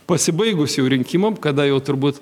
pasibaigus jau rinkimam kada jau turbūt